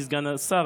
אדוני סגן השר,